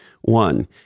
One